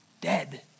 dead